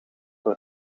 door